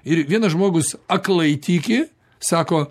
ir vienas žmogus aklai tiki sako